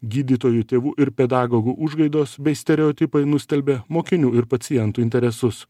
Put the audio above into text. gydytojų tėvų ir pedagogų užgaidos bei stereotipai nustelbia mokinių ir pacientų interesus